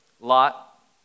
Lot